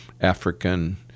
African